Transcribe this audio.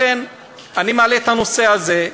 לכן אני מעלה את הנושא הזה.